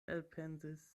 elpensis